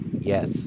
Yes